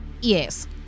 Yes